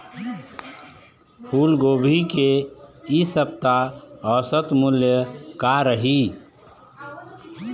फूलगोभी के इ सप्ता औसत मूल्य का रही?